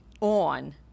on